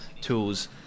tools